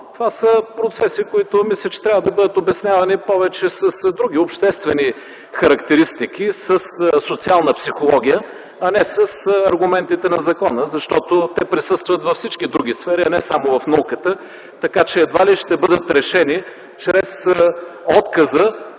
това са процеси, които мисля, че трябва да бъдат обяснявани повече с други, обществени характеристики, със социална психология, а не с аргументите на закона. Те присъстват във всички други сфери, не само в науката и едва ли ще бъдат решени само с отказа